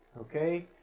okay